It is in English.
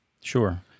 Sure